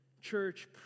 Church